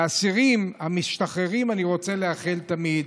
לאסירים המשתחררים אני רוצה לאחל תמיד: